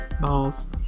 Balls